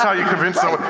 so you convince so